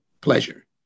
pleasure